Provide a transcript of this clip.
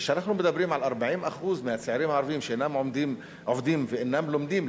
וכשאנחנו מדברים על 40% מהצעירים הערבים שאינם עובדים ואינם לומדים,